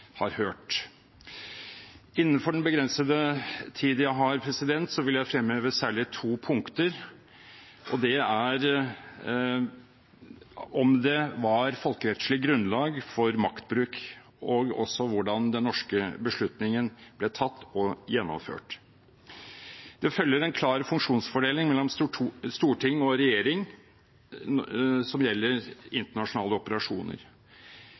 har hørt. Innenfor den begrensede tid jeg har, vil jeg fremheve særlig to punkter: om det var folkerettslig grunnlag for maktbruk, og hvordan den norske beslutningen ble tatt og gjennomført. Det følger en klar funksjonsfordeling mellom storting og regjering når det gjelder internasjonale operasjoner.